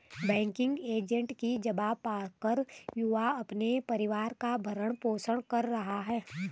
banking agent की job पाकर युवा अपने परिवार का भरण पोषण कर रहे है